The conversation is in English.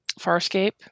Farscape